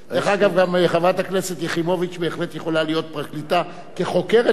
גם חברת הכנסת יחימוביץ בהחלט יכולה להיות פרקליטה כחוקרת שתי וערב,